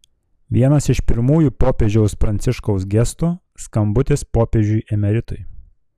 vienas iš pirmųjų popiežiaus pranciškaus gestų skambutis popiežiui emeritui